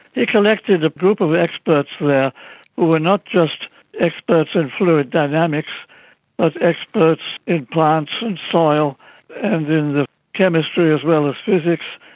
he collected a group of experts there who were not just experts in fluid dynamics but ah experts in plants and soil and in the chemistry as well as physics,